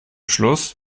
schluss